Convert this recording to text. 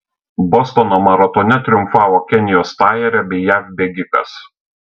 bostono maratone triumfavo kenijos stajerė bei jav bėgikas